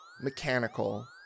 mechanical